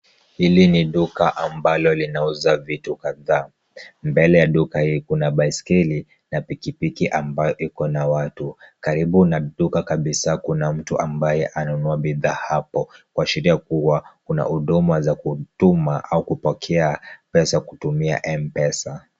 Hili ni duka ambalo linauza vitu kadhaa. Mbele ya duka hii, kuna baiskeli na pikipiki ambayo iko na watu. Karibu na vituka kabisa kuna mtu ambaye ananunua bidhaa hapo, kuashiria kubwa kuna huduma za kutuma au kupokea pesa kutumia m-pesa.